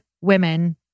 women